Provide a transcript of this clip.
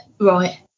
Right